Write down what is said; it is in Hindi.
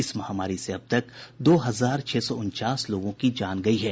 इस महामारी से अबतक दो हजार छह सौ उनचास लोगों की जान गयी है